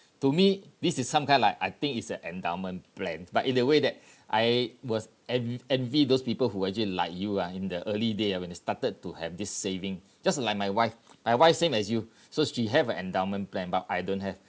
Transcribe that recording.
to me this is some kind like I think is an endowment plan but in the way that I was en~ envy those people who actually like you uh in the early day uh when they started to have this saving just like my wife my wife same as you so she have an endowment plan but I don't have